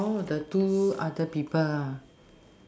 oh the two other people